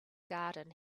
garden